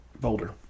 Boulder